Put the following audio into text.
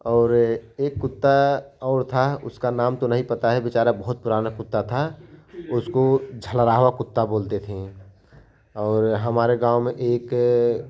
और एक कुत्ता और था उसका नाम तो नहीं पता है बेचारा बहुत पुराना कुत्ता था उसको झलवाओ कुत्ता बोलते थे और हमारे गाँव में एक